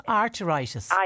arteritis